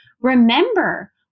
Remember